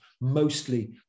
mostly